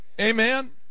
Amen